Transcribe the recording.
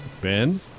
Ben